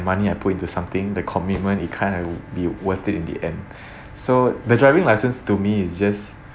money I put into something the commitment it kind of be worth it in the end so the driving license to me is just